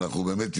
ואנחנו באמת,